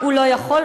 הוא לא יכול.